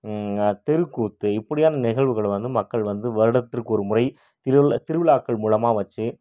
தெரு கூத்து இப்படியான நிகழ்வுகள் வந்து மக்கள் வந்து வருடத்திற்கு ஒரு முறை திருவி திருவிழாக்கள் மூலமாக வச்சு